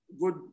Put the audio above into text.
good